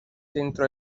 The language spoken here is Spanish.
dentro